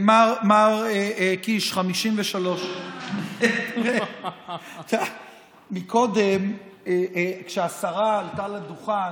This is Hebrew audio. מר קיש, 53. קודם, כשהשרה עלתה לדוכן,